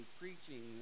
preaching